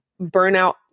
burnout